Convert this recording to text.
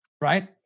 right